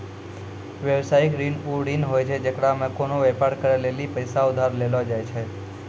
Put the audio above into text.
व्यवसायिक ऋण उ ऋण होय छै जेकरा मे कोनो व्यापार करै लेली पैसा उधार लेलो जाय छै